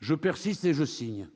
Je persiste et je signe :